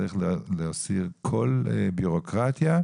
צריך להסיר כל בירוקרטיה.